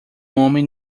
homem